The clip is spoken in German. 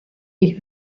ich